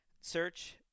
search